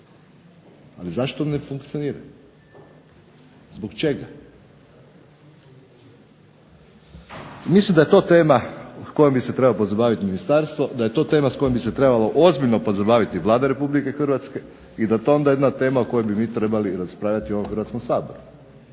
ali zašto ne funkcionira, zbog čega. Mislim da je to tema kojom bi se trebalo pozabavit ministarstvo, da je to tema s kojom bi se trebalo ozbiljno pozabaviti Vlada Republike Hrvatske i da je to onda jedna tema o kojoj bi mi trebali raspravljati u ovom Hrvatskom saboru.